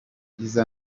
izo